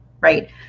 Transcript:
right